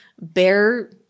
bear